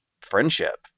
friendship